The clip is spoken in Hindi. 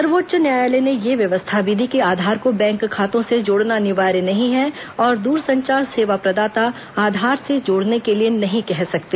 सर्वोच्च न्यायालय ने यह व्यवस्था भी दी कि आधार को बैंक खातों से जोड़ना अनिवार्य नहीं है और दूरसंचार सेवा प्रदाता आधार से जोड़ने के लिए नहीं कह सकते